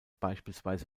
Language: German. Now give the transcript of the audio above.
beispielsweise